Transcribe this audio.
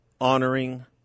honoring